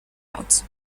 out